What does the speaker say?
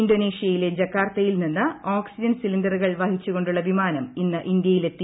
Indonesia യിലെ ജക്കാർത്തയിൽ നിന്ന് ഓക്സിജൻ സിലിണ്ടറുകൾ വഹിച്ചുകൊണ്ടുള്ള വിമാനം ഇന്ന് ഇന്ത്യയിലെത്തി